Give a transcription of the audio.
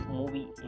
movie